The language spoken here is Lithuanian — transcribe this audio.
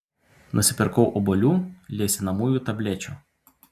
nusipirkau obuolių liesinamųjų tablečių